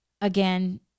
again